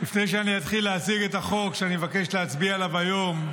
לפני שאני אתחיל להציג את החוק שאני מבקש להצביע עליו היום,